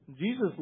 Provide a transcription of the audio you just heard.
Jesus